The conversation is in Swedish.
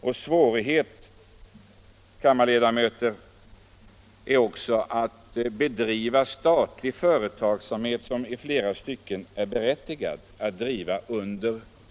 Och i en sådan situation, ärade kammarledamöter, är det också svårt att bedriva statlig företagsamhet, som det ändå i många fall är berättigat att bedriva.